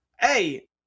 Hey